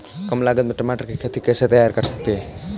कम लागत में टमाटर की खेती कैसे तैयार कर सकते हैं?